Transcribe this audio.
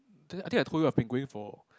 the~ I think I told you I've been going for